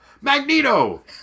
Magneto